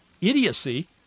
idiocy